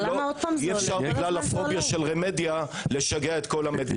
אי אפשר בגלל הפוביה של רמדיה לשגע את כל המדינה.